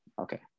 Okay